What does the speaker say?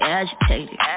agitated